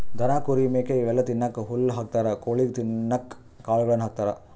ದನ ಕುರಿ ಮೇಕೆ ಇವೆಲ್ಲಾ ತಿನ್ನಕ್ಕ್ ಹುಲ್ಲ್ ಹಾಕ್ತಾರ್ ಕೊಳಿಗ್ ತಿನ್ನಕ್ಕ್ ಕಾಳುಗಳನ್ನ ಹಾಕ್ತಾರ